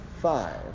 Five